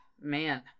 man